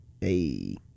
Hey